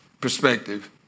perspective